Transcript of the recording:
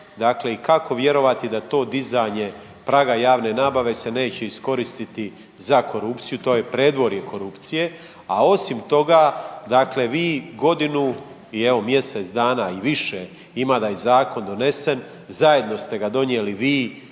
kako vjerovati da to dizanje praga javne nabave se neće iskoristiti za korupciju, to je predvorje korupcije. A osim toga, vi godinu i evo mjesec dana i više ima da je zakon donesen, zajedno ste ga donijeli vi,